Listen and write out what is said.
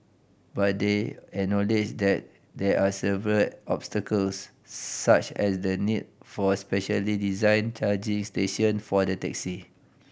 but they acknowledged that there are several obstacles such as the need for specially designed charging station for the taxi